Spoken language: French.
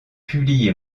publiée